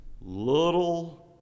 little